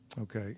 Okay